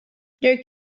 there